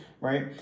right